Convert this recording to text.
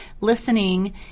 listening